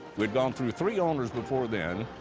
we'd gone through three owners before then,